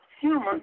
human